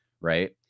right